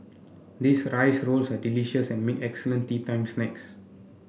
these rice rolls are delicious and make excellent teatime snacks